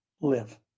live